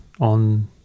on